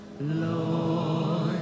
Lord